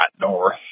North